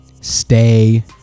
stay